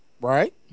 Right